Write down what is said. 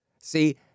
See